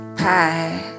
pie